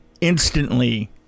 instantly